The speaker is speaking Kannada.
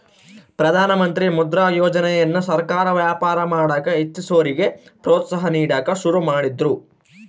ಪ್ರಧಾನಮಂತ್ರಿ ಮುದ್ರಾ ಯೋಜನೆಯನ್ನ ಸರ್ಕಾರ ವ್ಯಾಪಾರ ಮಾಡಕ ಇಚ್ಚಿಸೋರಿಗೆ ಪ್ರೋತ್ಸಾಹ ನೀಡಕ ಶುರು ಮಾಡಿದ್ರು